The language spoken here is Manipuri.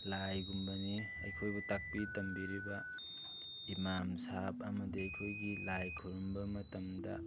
ꯂꯥꯏꯒꯨꯝꯕꯅꯤ ꯑꯩꯈꯣꯏꯕꯨ ꯇꯥꯛꯄꯤ ꯇꯝꯕꯤꯔꯤꯕ ꯏꯝꯃꯥꯝ ꯁꯥꯍꯞ ꯑꯃꯗꯤ ꯑꯩꯈꯣꯏꯒꯤ ꯂꯥꯏ ꯈꯨꯔꯨꯝꯕ ꯃꯇꯝꯗ